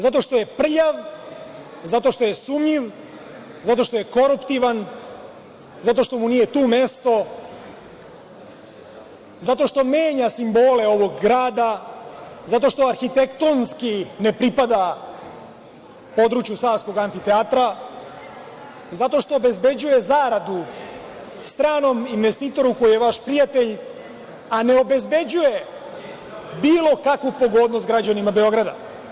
Zato što je prljav, zato što je sumnjiv, zato što je koruptivan, zato što mu nije tu mesto, zato što menja simbole ovog grada, zato što arhitektonski ne pripada području Savskog amfiteatra, zato što obezbeđuje zaradu stranom investitoru koji je vaš prijatelj, a ne obezbeđuje bilo kakvu pogodnost građanima Beograda.